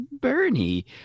Bernie